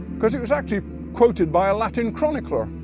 because it was actually quoted by a latin chronicler.